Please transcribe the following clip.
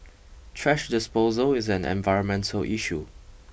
thrash disposal is an environmental issue